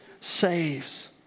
saves